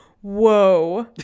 Whoa